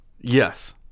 yes